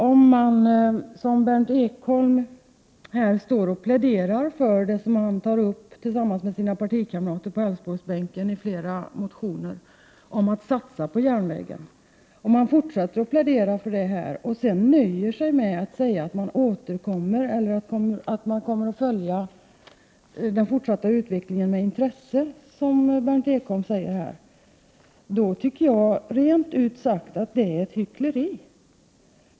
Om man som Berndt Ekholm fortsätter att plädera — vilket han tillsammans med sina kamrater på Älvsborgsbänken har gjort i flera motioner — för att satsa på järnvägen och sedan nöjer sig med att säga att man kommer att följa den fortsatta utvecklingen med intresse, tycker jag rent ut sagt att detta är hyckleri.